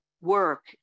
work